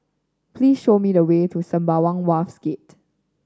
please show me the way to Sembawang Wharves Gate